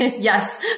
Yes